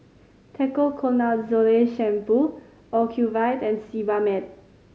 Ketoconazole Shampoo Ocuvite and Sebamed